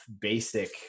basic